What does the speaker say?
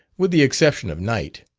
with the exception of night.